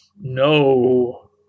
No